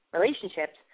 relationships